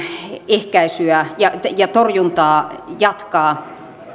ehkäisyä ja ja torjuntaa jatkaa